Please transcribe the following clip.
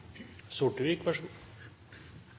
Toppe, vær så god.